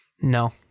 No